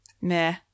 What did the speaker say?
Meh